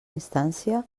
instància